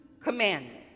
commandment